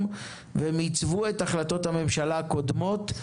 והם עיצבו את החלטות הממשלה הקודמות.